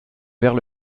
vers